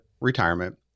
retirement